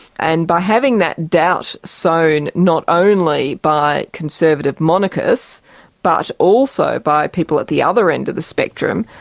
and by having that doubt sown not only by conservative monarchists but also by people at the other end of the spectrum,